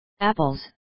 Apples